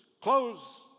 Close